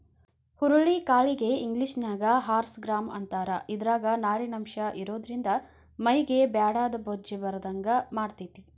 ಹುರುಳಿ ಕಾಳಿಗೆ ಇಂಗ್ಲೇಷನ್ಯಾಗ ಹಾರ್ಸ್ ಗ್ರಾಂ ಅಂತಾರ, ಇದ್ರಾಗ ನಾರಿನಂಶ ಇರೋದ್ರಿಂದ ಮೈಗೆ ಬ್ಯಾಡಾದ ಬೊಜ್ಜ ಬರದಂಗ ಮಾಡ್ತೆತಿ